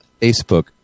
Facebook